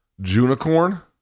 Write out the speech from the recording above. Junicorn